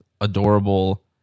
adorable